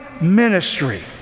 ministry